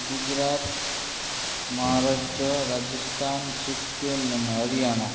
ગુજરાત મહારાષ્ટ્ર રાજસ્થાન સિક્કિમ અને હરિયાણા